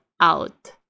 out